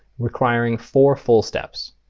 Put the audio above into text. requiring four full steps.